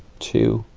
two